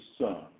son